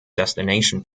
destination